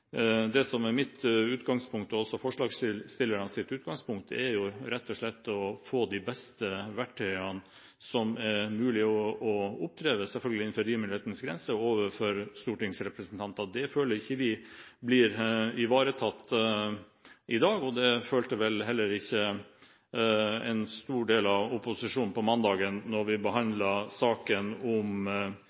Det som er mitt utgangspunkt, og også forslagsstillernes utgangspunkt, er rett og slett å få de beste verktøyene som er mulig å oppdrive, selvfølgelig innenfor rimelighetens grenser, overfor stortingsrepresentanter. Det føler vi ikke blir ivaretatt i dag, og det følte vel heller ikke en stor del av opposisjonen på mandag da vi behandlet saken om